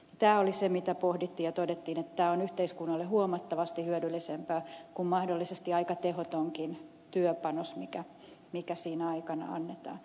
tämä oli se mitä pohdittiin ja todettiin että tämä on yhteiskunnalle huomattavasti hyödyllisempää kuin mahdollisesti aika tehotonkin työpanos mikä sinä aikana annetaan